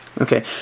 Okay